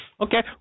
Okay